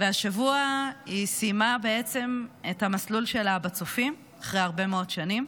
והשבוע היא סיימה את המסלול שלה בצופים אחרי הרבה מאוד שנים,